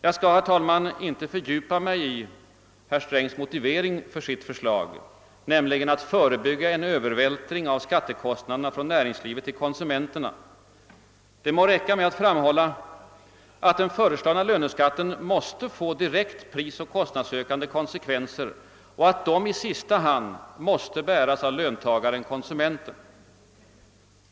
Jag skall, herr talman, inte fördjupa mig i herr Strängs motivering för sitt förslag, nämligen att förebygga en övervältring av skattekostnaderna från näringslivet till konsumenterna. Det må räcka med att framhålla att den föreslagna löneskatten måste få direkt prisoch kostnadsökande konsekvenser och att dessa i sista hand måste bäras av löntagaren/konsumenten.